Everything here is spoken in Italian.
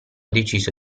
deciso